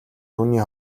түүний